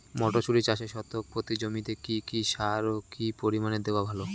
মটরশুটি চাষে শতক প্রতি জমিতে কী কী সার ও কী পরিমাণে দেওয়া ভালো?